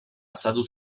azaldu